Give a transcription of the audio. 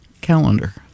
calendar